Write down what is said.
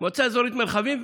מועצה אזורית מרחבים,